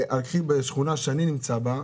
בשכונה שאני נמצא בה,